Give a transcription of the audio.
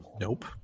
Nope